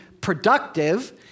productive